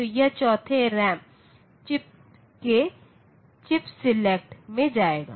तो यह चौथी रैम चिप के चिप सेलेक्ट में जाएगा